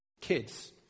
Kids